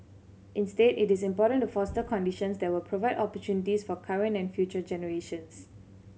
instead it is important to foster conditions that will provide opportunities for current and future generations